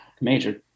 major